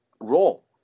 role